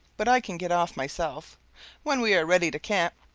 but i can get off myself when we are ready to camp,